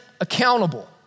accountable